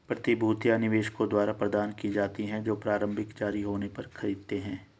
प्रतिभूतियां निवेशकों द्वारा प्रदान की जाती हैं जो प्रारंभिक जारी होने पर खरीदते हैं